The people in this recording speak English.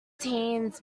teens